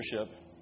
leadership